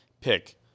pick